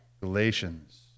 Galatians